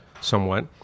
somewhat